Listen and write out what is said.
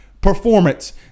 performance